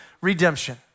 redemption